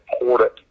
important